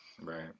right